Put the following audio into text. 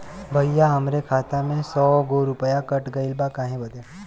भईया हमरे खाता में से सौ गो रूपया कट गईल बा काहे बदे?